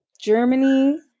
Germany